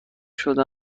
شده